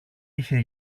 είχε